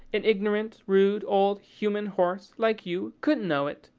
an ignorant, rude old human horse, like you, couldn't know it.